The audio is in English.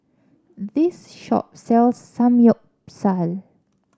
this shop sells Samgyeopsal